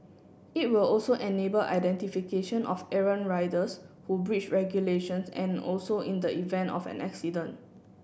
it will also enable identification of errant riders who breach regulations and also in the event of an accident